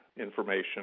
information